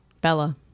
Bella